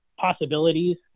possibilities